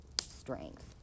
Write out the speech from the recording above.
strength